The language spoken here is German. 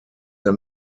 der